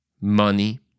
Money